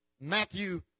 matthew